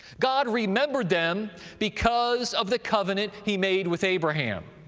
god remembered them because of the covenant he made with abraham.